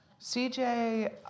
CJ